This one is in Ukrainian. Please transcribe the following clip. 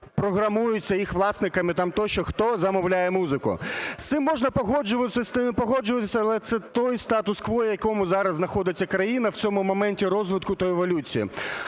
програмуються їх власниками там тощо – хто замовляє музику. З цим можна погоджуватися, не погоджуватися, але це той статус-кво, в якому зараз знаходиться країна в цьому моменті розвитку та еволюції.